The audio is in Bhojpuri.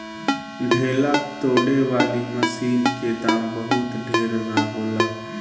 ढेला तोड़े वाली मशीन क दाम बहुत ढेर ना होला